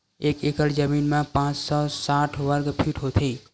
एक एकड़ जमीन मा पांच सौ साठ वर्ग फीट होथे